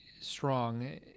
strong